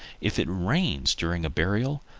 if it rains during a burial,